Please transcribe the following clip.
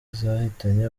zahitanye